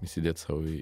įsidėt sau į